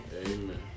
amen